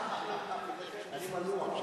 אני מנוע.